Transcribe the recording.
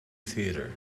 theater